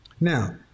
Now